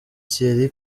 thierry